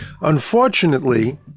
unfortunately